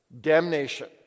damnation